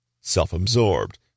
self-absorbed